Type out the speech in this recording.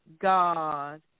God